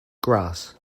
grass